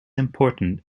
important